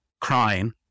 crying